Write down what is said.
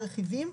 מה הרכיבים.